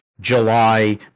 July